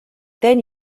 then